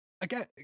again